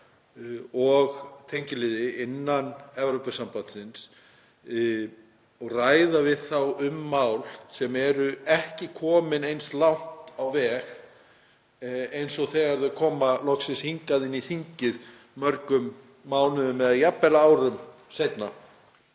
og tengiliði innan Evrópusambandsins og ræða við þá um mál sem eru ekki komin eins langt á veg og þegar þau koma loksins hingað inn í þingið mörgum mánuðum eða jafnvel árum seinna.